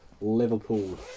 Liverpool